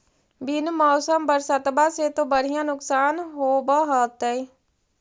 बिन मौसम बरसतबा से तो बढ़िया नुक्सान होब होतै?